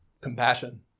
compassion